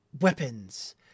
Weapons